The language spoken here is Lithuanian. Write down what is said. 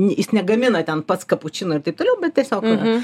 jis negamina ten pats kapučino ir taip toliau bet tiesiog